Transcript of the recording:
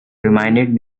reminded